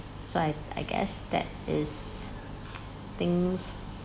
so I I guess that is things